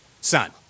son